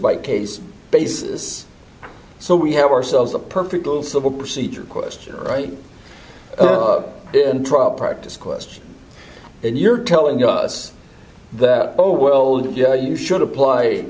by case basis so we have ourselves a perfect little civil procedure question right practice question and you're telling us that oh well you know you should apply